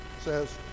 says